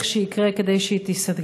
3. מה עוד צריך לקרות כדי שהיא תיסגר?